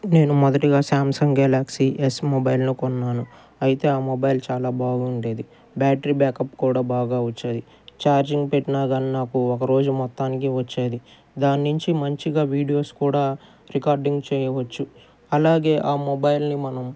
నేను మొదటిగా Samsung galaxy S మొబైల్ను కొన్నాను అయితే ఆ మొబైల్ చాలా బాగుండేది బ్యాటరీ బ్యాక్అప్ కూడా బాగా వచ్చాయి ఛార్జింగ్ పెట్టినా కానీ నాకు ఒకరోజు మొత్తానికి వచ్చేది దాని నుంచి మంచిగా వీడియోస్ కూడా రికార్డింగ్ చేయవచ్చు అలాగే ఆ మొబైల్ని మనం